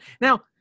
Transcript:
Now